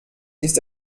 ist